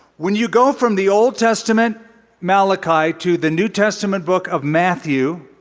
when you go from the old testament malachi to the new testament book of matthew,